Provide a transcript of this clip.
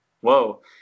whoa